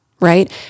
right